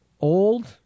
old